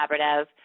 Collaborative